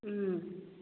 ꯎꯝ